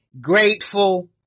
grateful